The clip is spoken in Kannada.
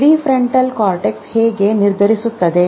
ಪ್ರಿಫ್ರಂಟಲ್ ಕಾರ್ಟೆಕ್ಸ್ ಹೇಗೆ ನಿರ್ಧರಿಸುತ್ತದೆ